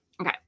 okay